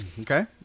Okay